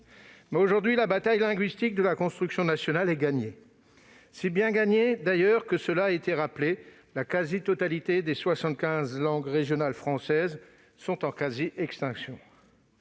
Mais, aujourd'hui, la bataille linguistique de la construction nationale est gagnée. Tellement bien gagnée, d'ailleurs, que, comme cela a été rappelé, la quasi-totalité des soixante-quinze langues régionales françaises sont en voie d'extinction.